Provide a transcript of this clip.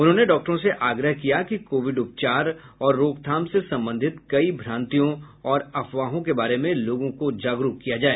उन्होंने डॉक्टरों से आग्रह किया कि कोविड उपचार और रोकथाम से संबंधित कई भ्रांतियों और अफवाहों के बारे में लोगों को जागरूक किया जाए